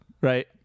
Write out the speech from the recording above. right